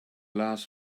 last